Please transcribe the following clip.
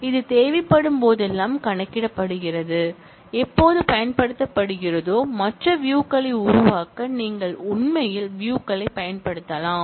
இது தேவைப்படும் போதெல்லாம் கணக்கிடப்படுகிறது எப்போது பயன்படுத்தப்படுகிறதோ மற்ற வியூகளை உருவாக்க நீங்கள் உண்மையில் வியூகளைப் பயன்படுத்தலாம்